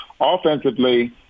Offensively